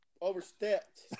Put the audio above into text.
overstepped